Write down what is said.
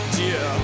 dear